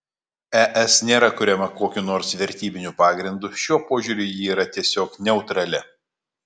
es nėra kuriama kokiu nors vertybiniu pagrindu šiuo požiūriu ji yra tiesiog neutrali